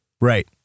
Right